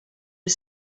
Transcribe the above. are